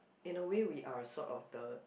in a way we are sort of the